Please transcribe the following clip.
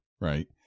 right